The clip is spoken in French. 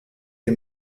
les